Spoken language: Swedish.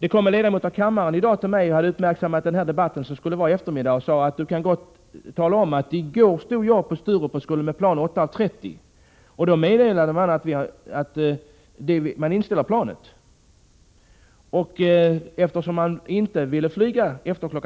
I dag kom en ledamot av kammaren, som hade uppmärksammat den här debatten som skulle äga rum i eftermiddag, till mig och sade: Du kan gott tala om att i går stod jag på Sturup och skulle med ett plan 8.30. Då meddelade man att den flygningen ställts in, eftersom man inte ville flyga efter kl.